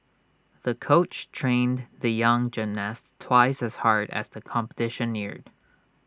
the coach trained the young gymnast twice as hard as the competition neared